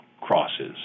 crosses